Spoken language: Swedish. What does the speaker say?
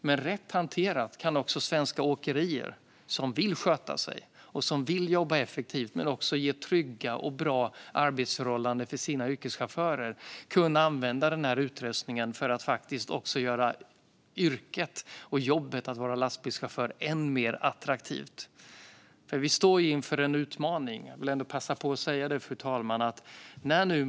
Men rätt hanterad kan svenska åkerier som vill sköta sig och jobba effektivt men också ge trygga och bra arbetsförhållanden till sina yrkeschaufförer använda denna utrustning för att också göra yrket och jobbet som lastbilschaufför än mer attraktivt. Vi står nämligen inför en utmaning; jag vill passa på att säga det, fru talman.